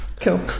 Cool